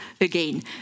again